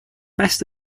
best